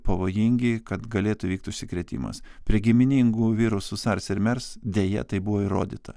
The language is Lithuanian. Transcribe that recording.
pavojingi kad galėtų įvykt užsikrėtimas prie giminingų virusų sars ir mers deja tai buvo įrodyta